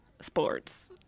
sports